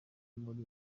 muri